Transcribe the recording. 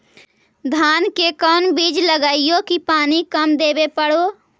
धान के कोन बिज लगईऐ कि पानी कम देवे पड़े?